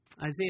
Isaiah